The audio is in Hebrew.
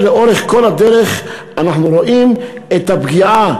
לאורך כל הדרך אנחנו רואים את הפגיעה,